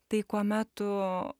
tai kuomet tu